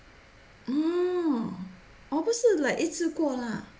orh orh 不是 like 一次过 lah